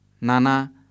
Nana